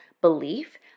belief